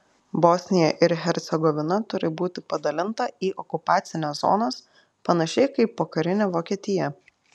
bosnija ir hercegovina turi būti padalinta į okupacines zonas panašiai kaip pokarinė vokietija